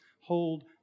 Hold